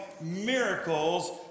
Miracles